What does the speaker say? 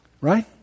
right